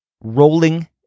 rolling